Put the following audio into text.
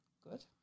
Good